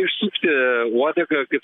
išsukti uodegą kaip